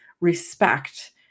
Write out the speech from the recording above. respect